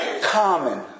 common